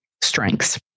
strengths